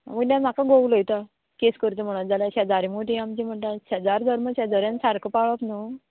वयल्यान म्हाका घोव उलयता केस करता म्हणत जाल्यार शेजारी मुगो ती आमची म्हणटा शेजार धर्म शेजाऱ्यां सारको पाळप न्हू